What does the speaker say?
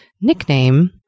nickname